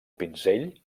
pinzell